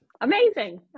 amazing